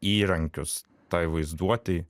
įrankius tai vaizduotei